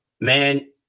Man